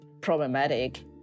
problematic